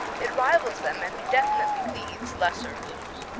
it rivals them and definitely leads lesser blues.